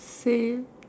same